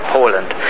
Poland